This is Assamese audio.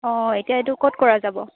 অঁ এতিয়া এইটো ক'ত কৰা যাব